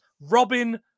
Robin